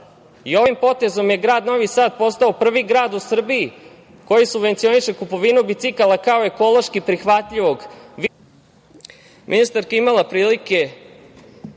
Ovim potezom je grad Novi Sad postao prvi grad u Srbiji koji subvencioniše kupovinu bicikala kao ekološki prihvatljivog